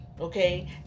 okay